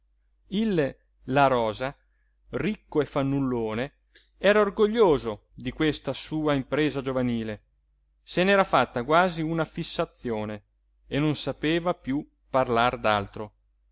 il la rosa ricco e fannullone era orgoglioso di questa sua impresa giovanile se n'era fatta quasi una fissazione e non sapeva piú parlar